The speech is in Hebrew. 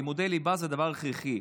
לימודי ליבה זה דבר הכרחי.